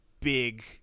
big